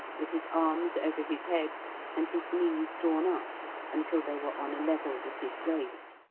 with his arms over his head and his knees drawn up until they were on a level with his waist,